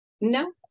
No